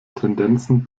tendenzen